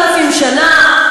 למה אתה מציין את הנכבה?